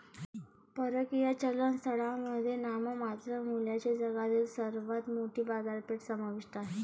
परकीय चलन स्थळांमध्ये नाममात्र मूल्याने जगातील सर्वात मोठी बाजारपेठ समाविष्ट आहे